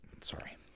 Sorry